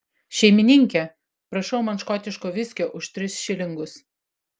šeimininke prašau man škotiško viskio už tris šilingus